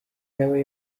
nawe